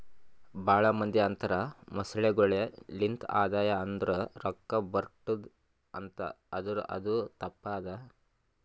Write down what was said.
ಭಾಳ ಮಂದಿ ಅಂತರ್ ಮೊಸಳೆಗೊಳೆ ಲಿಂತ್ ಆದಾಯ ಅಂದುರ್ ರೊಕ್ಕಾ ಬರ್ಟುದ್ ಅಂತ್ ಆದುರ್ ಅದು ತಪ್ಪ ಅದಾ